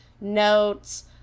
notes